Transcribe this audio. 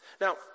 Now